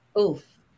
Oof